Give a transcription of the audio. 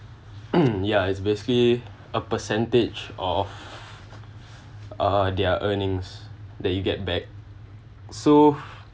ya it's basically a percentage of uh their earnings that you get back so